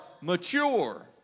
mature